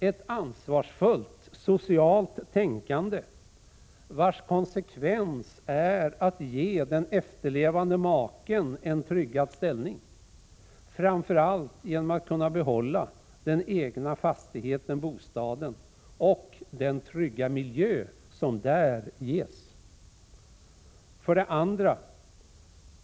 Ett ansvarsfullt socialt tänkande, vars konsekvens är att ge den efterlevande maken en tryggad ställning, framför allt genom att kunna behålla den egna fastigheten/bostaden och den trygga miljö som där ges. 2.